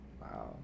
wow